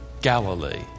Galilee